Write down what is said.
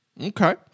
Okay